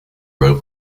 route